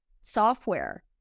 software